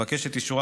ועדת הכנסת